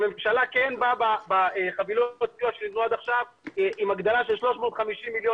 הממשלה כן באה בחבילות הסיוע עם הגדלה של 350 מיליון